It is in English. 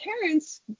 parents